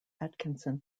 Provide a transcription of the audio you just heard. atkinson